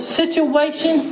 situation